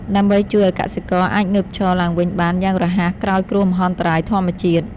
ដើម្បីជួយឱ្យកសិករអាចងើបឈរឡើងវិញបានយ៉ាងរហ័សក្រោយគ្រោះមហន្តរាយធម្មជាតិ។